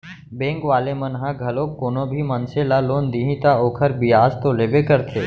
bank वाले मन ह घलोक कोनो भी मनसे ल लोन दिही त ओखर बियाज तो लेबे करथे